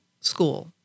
school